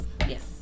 yes